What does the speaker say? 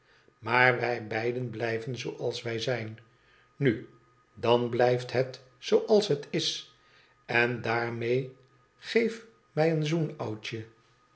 maar wij beiden blijven zooals wij zijn nu dan blijft het zooals het is en daarmee geef mij een zoen oudje